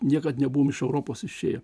niekad nebuvome iš europos išėję